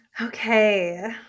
Okay